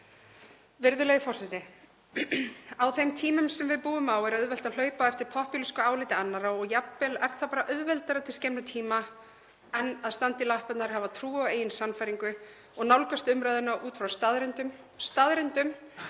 Virðulegi forseti. Á þeim tímum sem við búum á er auðvelt að hlaupa á eftir popúlísku áliti annarra og jafnvel er það bara auðveldara til skemmri tíma en að standa í lappirnar, hafa trú á eigin sannfæringu og nálgast umræðuna út frá staðreyndum